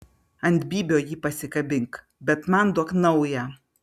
ant bybio jį pasikabink bet man duok naują